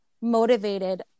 motivated